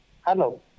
Hello